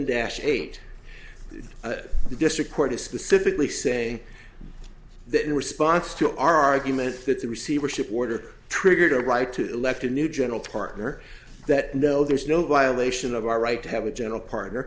dash eight the district court is specifically saying that in response to our argument that the receivership order triggered a right to elect a new general partner that no there's no violation of our right to have a general partner